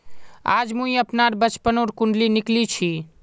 आज मुई अपनार बचपनोर कुण्डली निकली छी